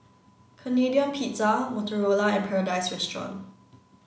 Canadian Pizza Motorola and Paradise Restaurant